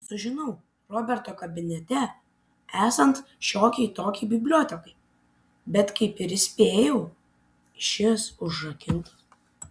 sužinau roberto kabinete esant šiokiai tokiai bibliotekai bet kaip ir spėjau šis užrakintas